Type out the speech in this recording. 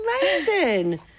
amazing